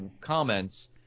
comments